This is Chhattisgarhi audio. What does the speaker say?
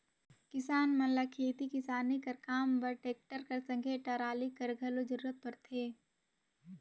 किसान मन ल खेती किसानी कर काम बर टेक्टर कर संघे टराली कर घलो जरूरत परथे